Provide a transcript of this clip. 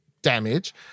damage